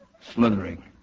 slithering